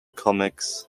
comics